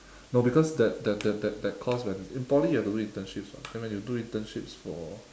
no because that that that that course when in poly you have to do internships [what] then when you do internships for